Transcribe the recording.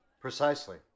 Precisely